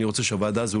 אני רוצה שהוועדה הזאת,